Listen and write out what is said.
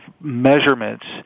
measurements